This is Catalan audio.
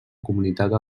comunitat